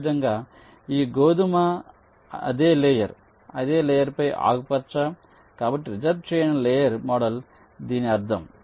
అదేవిధంగా ఈ గోధుమ అదే లేయర్ అదే లేయర్ పై ఆకుపచ్చ కాబట్టి రిజర్వ్ చేయని లేయర్ మోడల్ దీని అర్థం